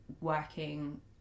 working